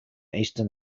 eastern